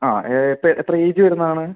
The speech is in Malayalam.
ആ ഇപ്പോൾ എത്ര ഏജ് വരുന്നത് ആണ്